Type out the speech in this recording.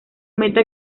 meta